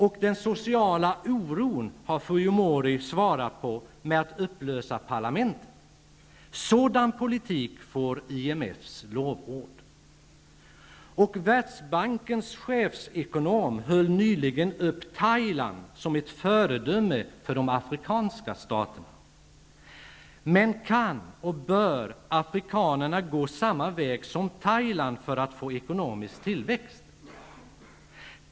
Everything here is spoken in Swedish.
Och den sociala oron har Fujimori svarat på med att upplösa parlamentet. Sådan politik får IMF:s lovord! Och Världsbankens chefsekonom framhöll nyligen Thailand som ett föredöme för de afrikanska staterna. Men kan -- och bör -- afrikanerna gå samma väg som Thailand för att få ekonomisk tillväxt?